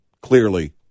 clearly